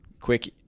quick